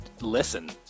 listen